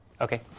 Okay